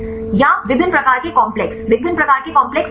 या विभिन्न प्रकार के कॉम्प्लेक्स विभिन्न प्रकार के कॉम्प्लेक्स क्या हैं